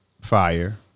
fire